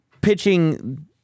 pitching